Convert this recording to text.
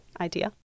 idea